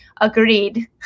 agreed